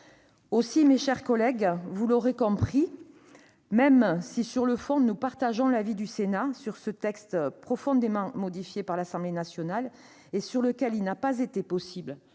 Mes chers collègues, vous l'aurez compris, même si nous partageons sur le fond l'avis du Sénat sur ce texte profondément modifié par l'Assemblée nationale, sur lequel il n'a pas été possible